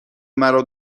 مرا